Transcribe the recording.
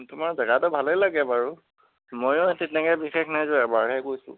তোমাৰ জাগাটো ভালেই লাগে বাৰু মইও তেনেকৈ বিশেষ নাই যোৱা এবাৰহে গৈছোঁ